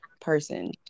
person